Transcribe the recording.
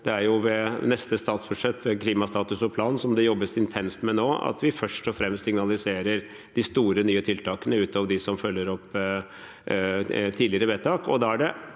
Det er ved neste statsbudsjett og klimastatus og -plan, som det jobbes intenst med nå, at vi først og fremst vil signalisere de store, nye tiltakene, utover dem som følger opp tidligere vedtak.